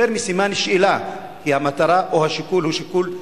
מסימן שאלה כי המטרה או השיקול הוא שיקול פסול.